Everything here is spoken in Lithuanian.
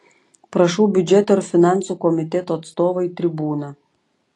prašau biudžeto ir finansų komiteto atstovą į tribūną